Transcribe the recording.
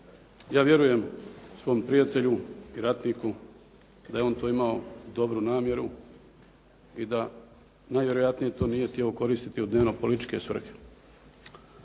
Ja vjerujem svom prijatelju i ratniku da je on to imao dobru namjeru i da najvjerojatnije to nije htio koristiti u dnevno političke svrhe.